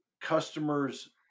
customers